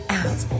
out